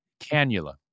cannula